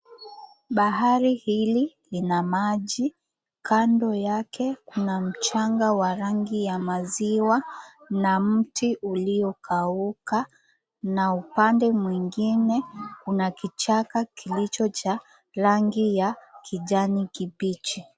Bahari hili lina maji, kando yake kuna mchanga wa rangi ya maziwa na mti uliokauka na upande mwingine kuna kuichaka kilicho cha rangi ya kijani kibichi.